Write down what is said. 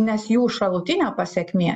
nes jų šalutinė pasekmė